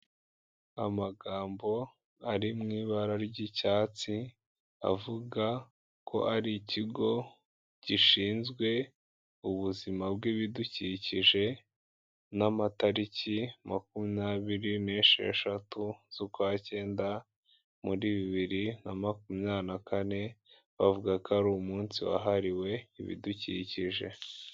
Amagambo ari mu ibara ry'icyatsi avuga ko ari ikigo gishinzwe ubuzima bw'ibidukikije n'amatariki makumyabiri n'esheshatu z'ukwacyenda, muri bibiri na makumyabiri na kane, bavuga ko ari umunsi wahariwe ibidukikije.